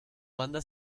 banda